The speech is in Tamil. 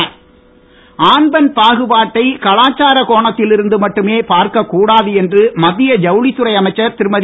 ஸ்ம்ருதி இரானி ஆண் பெண் பாகுபாட்டை கலாச்சார கோணத்தில் இருந்து மட்டுமே பார்க்க கூடாது என்று மத்திய ஜவுளித்துறை அமைச்சர் திருமதி